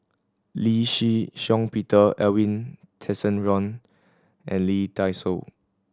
Lee Shih Shiong Peter Edwin Tessensohn and Lee Dai Soh